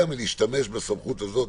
מלהשתמש בסמכות הזאת.